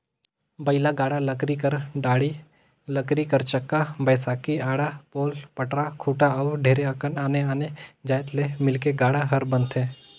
बइला गाड़ा लकरी कर डाड़ी, लकरी कर चक्का, बैसकी, आड़ा, पोल, पटरा, खूटा अउ ढेरे अकन आने आने जाएत ले मिलके गाड़ा हर बनथे